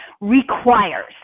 requires